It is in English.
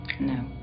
No